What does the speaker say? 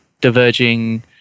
diverging